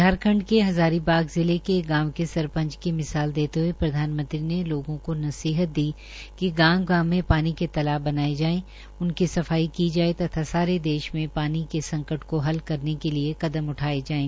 झारखंड के हजारों बाग जिले के संरपच को मिसाल देते हये प्रधानमंत्री ने लोगों को नसीहत दी कि गांव गांव में पानी के तलाब बनाये जाये उनकी सिफाई की जाये तथा सारे देश में पानी के संकट को हल करने के लिये कदम उठाये जायें